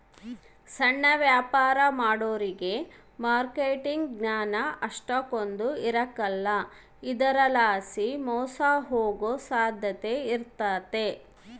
ಸಣ್ಣ ವ್ಯಾಪಾರ ಮಾಡೋರಿಗೆ ಮಾರ್ಕೆಟ್ ಜ್ಞಾನ ಅಷ್ಟಕೊಂದ್ ಇರಕಲ್ಲ ಇದರಲಾಸಿ ಮೋಸ ಹೋಗೋ ಸಾಧ್ಯತೆ ಇರ್ತತೆ